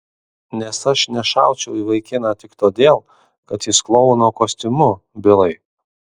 nes aš nešaučiau į vaikiną tik todėl kad jis klouno kostiumu bilai